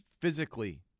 physically –